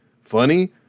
funny